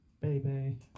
baby